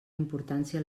importància